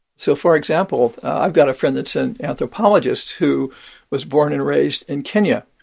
so, for example, i've got a friend that's an anthropologist who was born and raised in kenya.